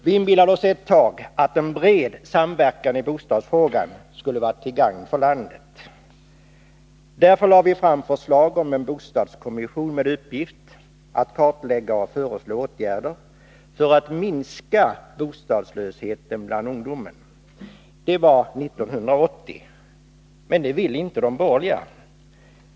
Viinbillade oss ett tag att en bred samverkan i bostadsfrågan skulle vara till gagn för landet. Därför framlade vi förslag om en bostadskommission med uppgift att kartlägga och föreslå åtgärder för att minska bostadslösheten bland ungdomen. Det var 1980. Men det ville inte de borgerliga.